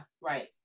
right